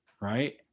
right